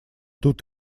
тут